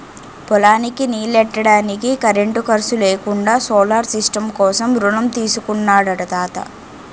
పొలానికి నీల్లెట్టడానికి కరెంటు ఖర్సు లేకుండా సోలార్ సిస్టం కోసం రుణం తీసుకున్నాడట తాత